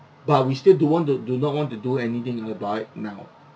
but we still don't want to do not want to do anything about it now